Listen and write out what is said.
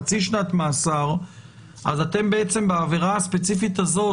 חצי שנת מאסר אז אתם בעצם בעבירה הספציפית הזו,